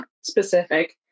specific